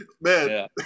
Man